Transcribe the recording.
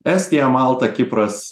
estija malta kipras